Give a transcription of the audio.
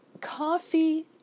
Coffee